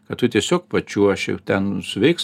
kad tu tiesiog pačiuoši ten suveiks